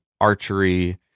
archery